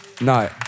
No